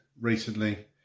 recently